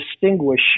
distinguish